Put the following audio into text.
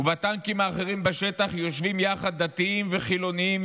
ובטנקים האחרים בשטח יושבים יחד דתיים וחילונים,